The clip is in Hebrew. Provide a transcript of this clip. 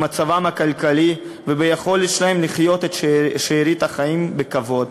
במצבם הכלכלי וביכולת שלהם לחיות את שארית החיים בכבוד.